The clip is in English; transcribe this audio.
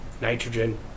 nitrogen